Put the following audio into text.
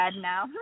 now